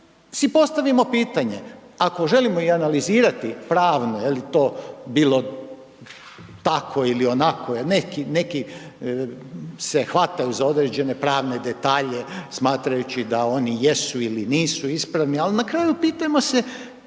postavimo pitanje, ako želimo i analizirati pravno je li to bilo tako ili onako, neki, neki se hvataju za određene pravne detalje smatrajući da oni jesu ili nisu ispravni, al na kraju pitajmo se